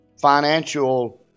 financial